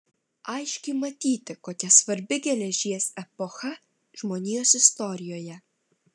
aiškiai matyti kokia svarbi geležies epocha žmonijos istorijoje